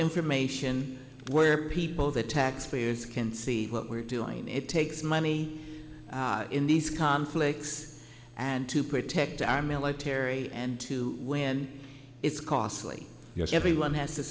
information where people the taxpayers can see what we're doing it takes money in these conflicts and to protect our military and to when it's costly yes everyone has to